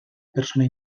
persona